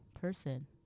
person